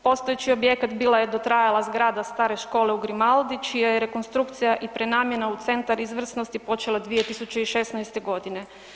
Postojeći objekat bila je dotrajala zgrada stare škole u Grimaldi čija je rekonstrukcija i prenamjena u Centar izvrsnosti počela 2016. godine.